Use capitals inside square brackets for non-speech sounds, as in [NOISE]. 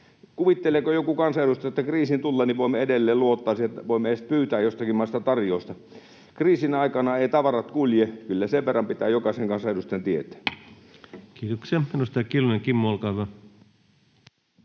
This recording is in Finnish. Kuvitteleeko joku kansanedustaja, että kriisin tullen voimme edelleen luottaa siihen, että voimme edes pyytää jostakin maasta tarjousta? Kriisin aikana eivät tavarat kulje — kyllä sen verran pitää jokaisen kansanedustajan [NOISE] tietää. Kiitoksia. — Edustaja Kiljunen, Kimmo, olkaa hyvä.